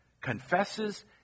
confesses